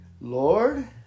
Lord